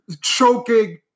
choking